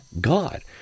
God